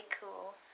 cool